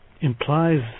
implies